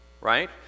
right